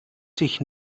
sich